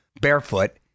barefoot